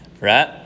right